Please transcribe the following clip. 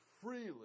freely